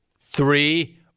Three